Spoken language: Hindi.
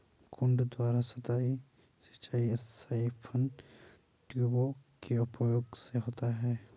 कुंड द्वारा सतही सिंचाई साइफन ट्यूबों के उपयोग से होता है